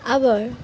আবার